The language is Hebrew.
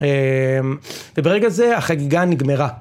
וברגע זה החגיגה נגמרה.